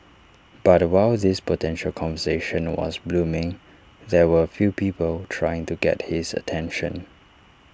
but while this potential conversation was blooming there were A few people trying to get his attention